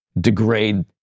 degrade